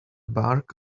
bark